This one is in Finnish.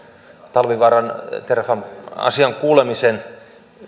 talvivaaran terrafame asian kuulemisen